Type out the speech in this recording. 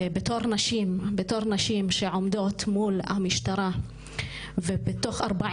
בתור נשים שעומדות מול המשטרה ובתוך 40